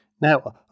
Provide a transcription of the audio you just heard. Now